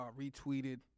retweeted